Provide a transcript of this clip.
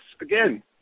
again